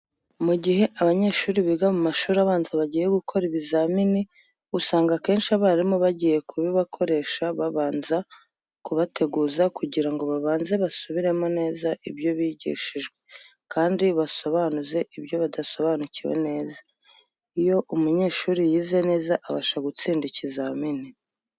Mu gihe abanyeshuri biga mu mashuri abanza bagiye gukora ibizamini, usanga akenshi abarimu bagiye kubibakoresha babanza kubateguza kugira ngo babanze basubiremo neza ibyo bigishijwe kandi basobanuze ibyo batasobanukiwe neza. Iyo umunyeshuri yize neza abasha gutsinda ikizamini.